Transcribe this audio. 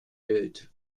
bild